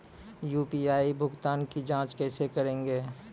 UPI भुगतान की जाँच कैसे करेंगे?